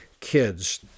kids